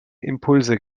impulse